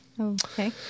Okay